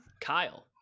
Kyle